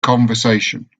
conversation